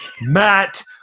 Matt